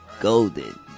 Golden